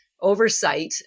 oversight